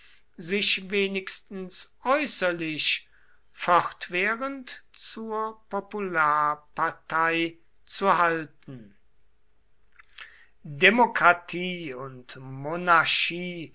sich wenigstens äußerlich fortwährend zur popularpartei zu halten demokratie und monarchie